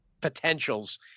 potentials